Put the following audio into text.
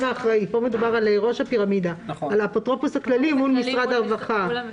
אחראי למפעיל מסגרת; גורמים אחראים שונים בקשר לאותה מסגרת,